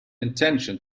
intention